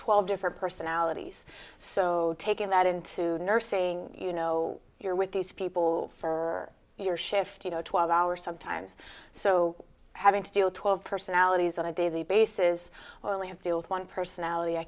twelve different personalities so taking that into nursing you know you're with these people for your shift you know twelve hours sometimes so having to deal with twelve personalities that a daily bases only have to do with one personality i